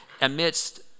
amidst